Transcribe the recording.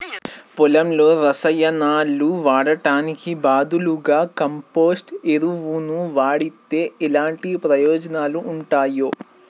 పొలంలో రసాయనాలు వాడటానికి బదులుగా కంపోస్ట్ ఎరువును వాడితే ఎలాంటి ప్రయోజనాలు ఉంటాయి?